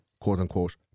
quote-unquote